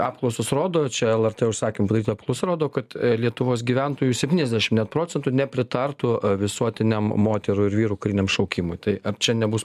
apklausos rodo čia lrt užsakymu padaryta apklausa rodo kad lietuvos gyventojų septyniasdešim net procentų nepritartų visuotiniam moterų ir vyrų kariniam šaukimui tai ar čia nebus